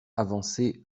avancer